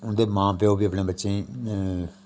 उं'दे मां प्यौ बी अपने बच्चें गी